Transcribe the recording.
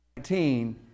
19